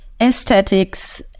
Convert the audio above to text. aesthetics